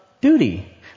duty